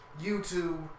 YouTube